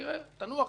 תנוח דעתך.